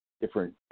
different